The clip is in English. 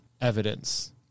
evidence